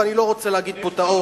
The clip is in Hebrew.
ואני לא רוצה להגיד פה את האות,